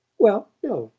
well, no.